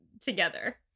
together